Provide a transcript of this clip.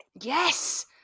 Yes